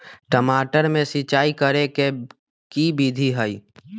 टमाटर में सिचाई करे के की विधि हई?